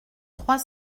trois